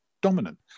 dominant